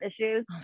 issues